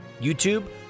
YouTube